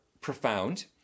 profound